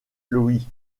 louis